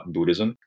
Buddhism